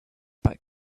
back